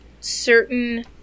certain